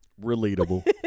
Relatable